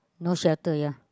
no shelter ya